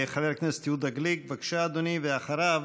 חבר הכנסת יהודה גליק, בבקשה, אדוני, ואחריו,